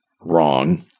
wrong